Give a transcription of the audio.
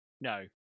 no